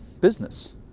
business